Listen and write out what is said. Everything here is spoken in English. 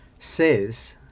says